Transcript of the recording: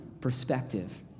perspective